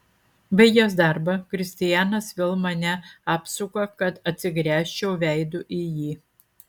baigęs darbą kristianas vėl mane apsuka kad atsigręžčiau veidu į jį